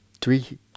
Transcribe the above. three